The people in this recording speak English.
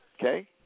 Okay